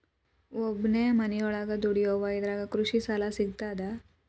ಒಬ್ಬನೇ ಮನಿಯೊಳಗ ದುಡಿಯುವಾ ಇದ್ರ ಕೃಷಿ ಸಾಲಾ ಸಿಗ್ತದಾ?